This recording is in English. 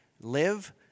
Live